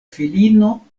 filino